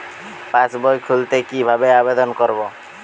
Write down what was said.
পাসবই খুলতে কি ভাবে আবেদন করব?